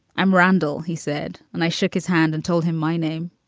i'm randol, he said. and i shook his hand and told him my name.